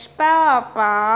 papa